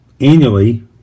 annually